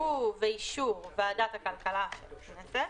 ובאישור ועדת הכלכלה של הכנסת,